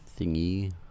thingy